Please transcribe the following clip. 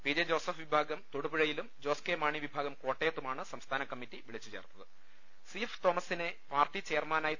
P J Joseph വിഭാഗം തൊടുപുഴയിലും Jose K Mani വിഭാഗം കോട്ടയത്തുമാണ് സംസ്ഥാന കമ്മിറ്റി വിളിച്ചുചേർത്ത സി എഫ് തോമസിനെ പാർട്ടി ചെയർമാനായി ത്